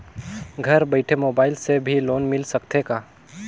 घर बइठे मोबाईल से भी लोन मिल सकथे का?